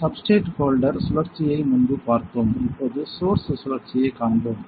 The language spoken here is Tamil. சப்ஸ்டிரேட் ஹோல்டர் சுழற்சியை முன்பு பார்த்தோம் இப்போது சோர்ஸ் சுழற்சியைக் காண்போம்